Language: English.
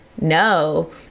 No